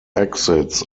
exits